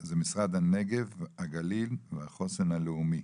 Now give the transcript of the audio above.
זה משרד הנגב, הגליל והחוסן הלאומי.